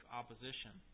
opposition